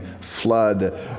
flood